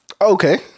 Okay